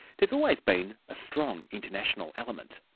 there's always been a strong international element.